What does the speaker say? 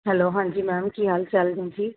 hello ਹਾਂਜੀ ma'am ਕੀ ਹਾਲ ਚਾਲ ਨੇ ਜੀ